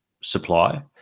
supply